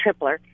Tripler